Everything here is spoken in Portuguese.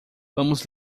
vamos